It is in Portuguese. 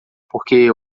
porque